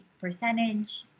percentage